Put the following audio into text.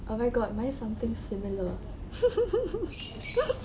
oh my god my something similar